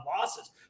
losses